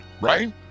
right